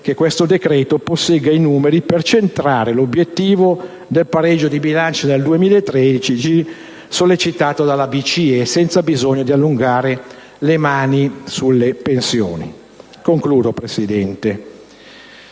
decreto all'esame possegga i numeri per centrare l'obiettivo del pareggio di bilancio nel 2013, sollecitato dalla BCE, senza bisogno di allungare le mani sulle pensioni. A garanzia